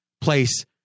place